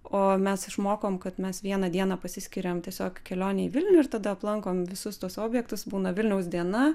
o mes išmokom kad mes vieną dieną pasiskiriam tiesiog kelionei į vilnių ir tada aplankom visus tuos objektus būna vilniaus diena